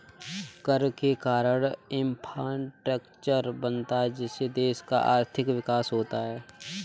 कर के कारण है इंफ्रास्ट्रक्चर बनता है जिससे देश का आर्थिक विकास होता है